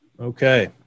Okay